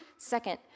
Second